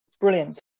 Brilliant